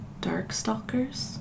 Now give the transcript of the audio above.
Darkstalkers